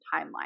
timeline